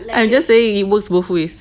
I'm just saying it works both ways